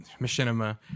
machinima